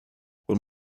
will